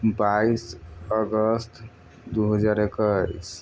बाइस अगस्त दू हजार एकैस